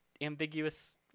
ambiguous